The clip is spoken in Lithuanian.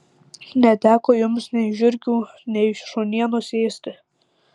neteko jums nei žiurkių nei šunienos ėsti